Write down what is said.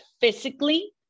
physically